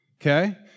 Okay